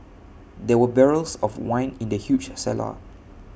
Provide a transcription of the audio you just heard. there were barrels of wine in the huge cellar